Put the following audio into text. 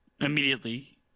immediately